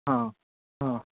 हाँ हाँ